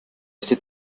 este